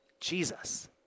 Jesus